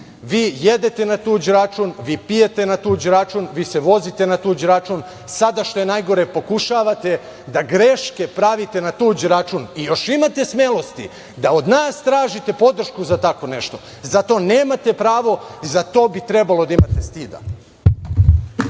Vi jedete na tuđ račun, vi pijete na tuđ račun, vi se vozite na tuđ račun. Sada, što je najgore, pokušavate da greške pravite na tuđ račun. I još imate smelosti da od nas tražite podršku za tako nešto. Na to nemate pravo i za to bi trebalo da imate stida.